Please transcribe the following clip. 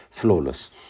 flawless